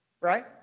Right